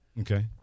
Okay